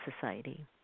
society